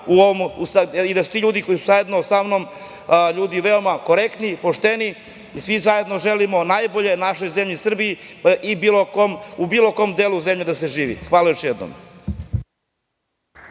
i da su ti ljudi koji su zajedno sa mnom, ljudi veoma korektni, pošteni i svi zajedno želimo najbolje našoj zemlji Srbiji i u bilo kom delu zemlje da se živi. Hvala još jednom.